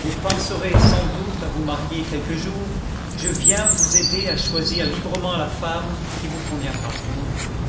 vous penserez sans doute à vous marier quelque jour je viens vous aider à choisir librement la femme qui vous conviendra